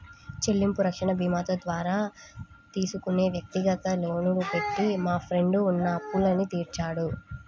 చెల్లింపు రక్షణ భీమాతో ద్వారా తీసుకున్న వ్యక్తిగత లోను పెట్టి మా ఫ్రెండు ఉన్న అప్పులన్నీ తీర్చాడు